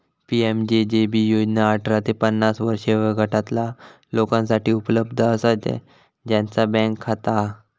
PMJJB योजना अठरा ते पन्नास वर्षे वयोगटातला लोकांसाठी उपलब्ध असा ज्यांचा बँक खाता हा